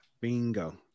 Bingo